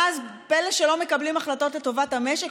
ואז פלא שלא מקבלים החלטות לטובת המשק?